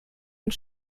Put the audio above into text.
und